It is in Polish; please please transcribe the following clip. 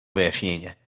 wyjaśnienie